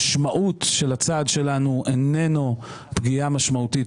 המשמעות של הצעד שלנו היא לא פגיעה משמעותית